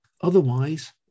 Otherwise